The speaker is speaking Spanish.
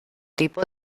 tipo